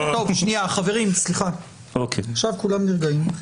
חברים, עכשיו כולם נרגעים.